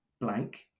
blank